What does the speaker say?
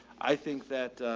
i think that,